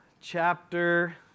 chapter